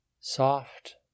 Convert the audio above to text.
soft